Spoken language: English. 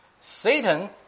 Satan